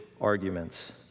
arguments